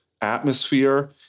atmosphere